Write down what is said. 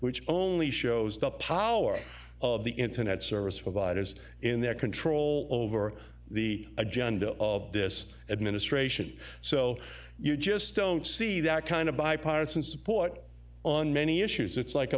which only shows the power of the internet service providers in their control over the agenda of this administration so you just don't see that kind of bipartisan support on many issues it's like